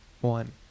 one